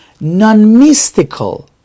non-mystical